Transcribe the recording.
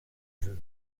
veux